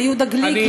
ליהודה גליק,